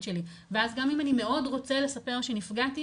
שלי ואז גם אם אני מאוד רוצה לספר שנפגעתי,